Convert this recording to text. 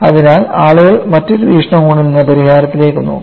അതിനാൽ ആളുകൾ മറ്റൊരു വീക്ഷണകോണിൽ നിന്ന് പരിഹാരത്തിലേക്ക് നോക്കി